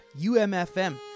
UMFM